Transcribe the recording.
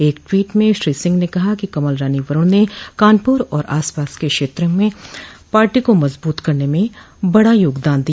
एक ट्वीट में श्री सिंह ने कहा कि कमल रानी वरूण ने कानपुर और आसपास के क्षेत्रों में पार्टी को मजबूत करने में बड़ा योगदान दिया